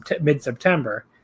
mid-September